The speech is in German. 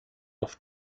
auf